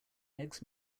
eggs